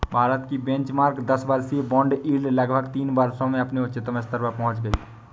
भारत की बेंचमार्क दस वर्षीय बॉन्ड यील्ड लगभग तीन वर्षों में अपने उच्चतम स्तर पर पहुंच गई